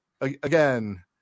again